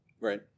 Right